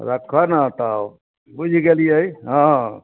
रखऽ ने तऽ बुझि गेलिए हँ